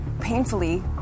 painfully